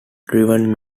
driven